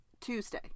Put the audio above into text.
tuesday